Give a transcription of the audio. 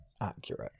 accurate